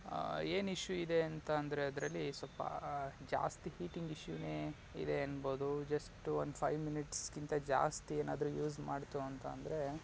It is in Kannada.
ಏನು ಇಶ್ಯೂ ಇದೆ ಅಂತ ಅದ್ರಲ್ಲಿ ಸ್ವಲ್ಪ ಜಾಸ್ತಿ ಹೀಟಿಂಗ್ ಇಶ್ಯೂನೇ ಇದೆ ಎನ್ಬೋದು ಜಸ್ಟ್ ಒಂದು ಫೈವ್ ಮಿನಿಟ್ಸ್ಗಿಂತ ಜಾಸ್ತಿ ಏನಾದರೂ ಯೂಸ್ ಮಾಡ್ತು ಅಂತ ಅಂದರೆ